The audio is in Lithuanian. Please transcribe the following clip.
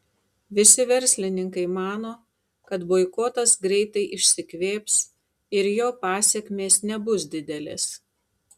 visi verslininkai mano kad boikotas greitai išsikvėps ir jo pasekmės nebus didelės